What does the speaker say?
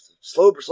slow